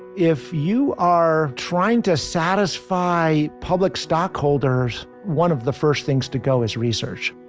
if you are trying to satisfy public stockholders one of the first things to go is research.